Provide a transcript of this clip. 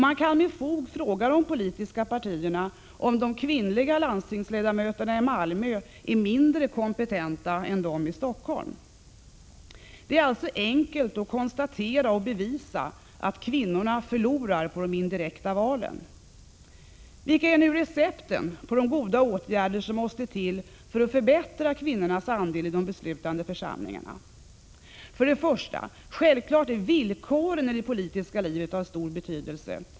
Man kan med fog fråga de politiska partierna om de kvinnliga landstingsledamöterna i Malmö är mindre kompetenta än de i Stockholm. Det är alltså enkelt att konstatera och bevisa att kvinnorna förlorar på de indirekta valen. Vilka är nu recepten på de goda åtgärder som måste till för att förbättra kvinnornas andel i de beslutande församlingarna? 1. Självfallet är villkoren i det politiska livet av stor betydelse.